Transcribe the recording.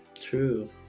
True